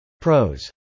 Pros